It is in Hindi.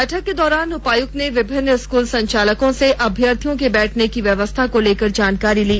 बैठक के दौरान उपायुक्त ने विभिन्न स्कूल संचालकों से अभ्यर्थियों के बैठने आदि व्यवस्था को लेकर जानकारी ली